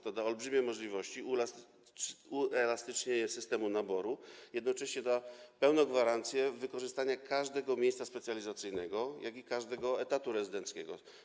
To da olbrzymie możliwości, uelastyczni system naboru, jednocześnie da pełną gwarancję wykorzystania zarówno każdego miejsca specjalizacyjnego, jak i każdego etatu rezydenckiego.